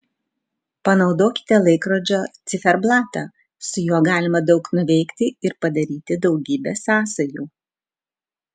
panaudokite laikrodžio ciferblatą su juo galima daug nuveikti ir padaryti daugybę sąsajų